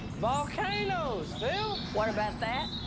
volcanos, phil. what about that?